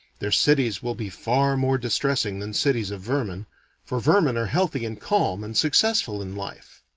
their cities will be far more distressing than cities of vermin for vermin are healthy and calm and successful in life.